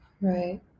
right